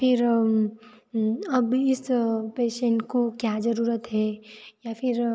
या फिर अभी इस पेशेंट को क्या ज़रूरत है या फिर